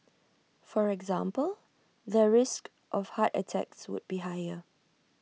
for example their risk of heart attacks would be higher